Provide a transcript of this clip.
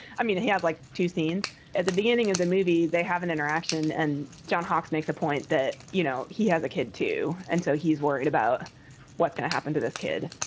i mean, he had like two scenes at the beginning of the movie. they have an interaction. and john hawkes makes the point that, you know, he has a kid, too. and so he's worried about what's going to happen to this kid.